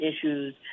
issues